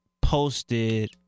posted